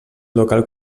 local